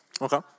Okay